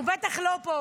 הוא בטח לא פה,